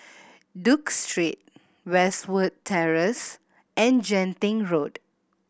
Duke Street Westwood Terrace and Genting Road